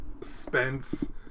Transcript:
Spence